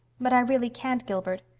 but i really can't, gilbert.